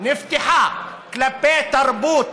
נפתחה כלפי תרבות